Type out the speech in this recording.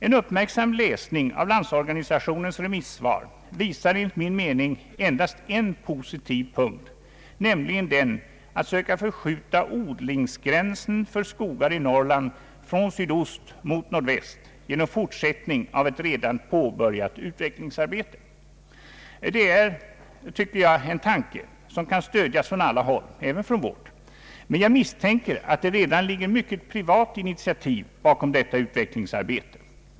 En uppmärksam läsning av Landsorganisationens remissvar visar enligt min mening endast en positiv punkt, nämligen den att söka förskjuta odlingsgränsen för skogar i Norrland från sydost mot nordväst genom fortsättning av ett redan påbörjat utvecklingsarbete. Det är, tycker jag, en tanke som kan stödjas från alla håll, även från vårt. Jag misstänker i alla fall att det redan ligger mycket privat initiativ bakom detta utvecklingsarbete.